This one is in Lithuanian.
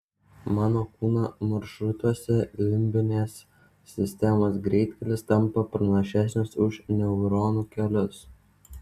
mano kūno maršrutuose limbinės sistemos greitkelis tampa pranašesnis už neuronų kelius